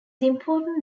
important